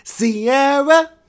Sierra